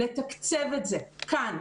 לתקצב את זה כאן,